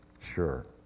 sure